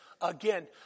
Again